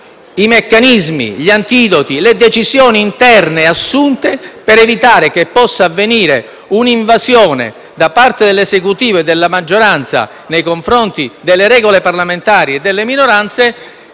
i meccanismi, gli antidoti, la possibilità di decisioni interne per evitare che possa avvenire un'invasione da parte dell'Esecutivo e della maggioranza nei confronti delle regole parlamentari e delle minoranze.